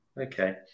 Okay